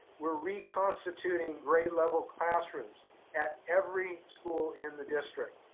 we're reconstituting grade level classrooms at every school in the district.